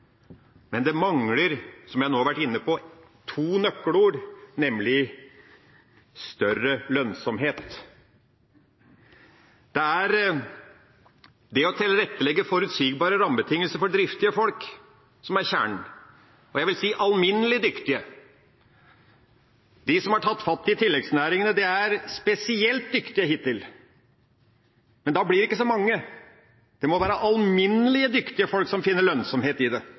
Men det mangler, som jeg nå har vært inne på, to nøkkelord, nemlig større lønnsomhet. Å tilrettelegge forutsigbare rammebetingelser for driftige folk er kjernen, og jeg vil si for alminnelig dyktige folk. De som har tatt fatt i tilleggsnæringene, er spesielt dyktige. Da blir det ikke så mange. Det må være alminnelig dyktige folk som finner lønnsomhet i det.